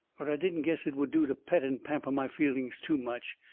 but i didn't guess it would do to pet and pamper my feelings too much.